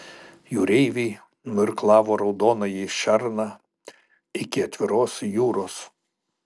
jūreiviai nuirklavo raudonąjį šerną iki atviros jūros